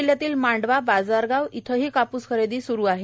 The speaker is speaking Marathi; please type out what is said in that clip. जिल्ह्यातील मांडवा बाजारगाव येथेही काप्स खरेदी सुरु आहे